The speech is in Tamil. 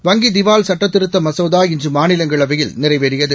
வங்கி திவால் சட்டத்திருத்த மசோதாவை இன்று மாநிலங்களவையில் நிறைவேறியது